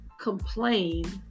complain